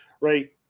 right